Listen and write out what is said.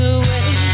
away